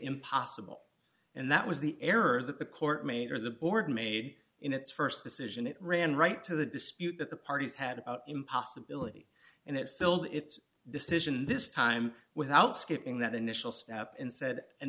impossible and that was the error that the court made or the board made in its st decision it ran right to the dispute that the parties had him possibility and it filled its decision this time without skipping that initial step in said and